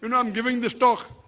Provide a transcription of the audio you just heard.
you know i'm giving this talk